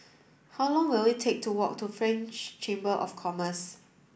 how long will it take to walk to French Chamber of Commerce